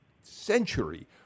century